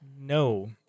No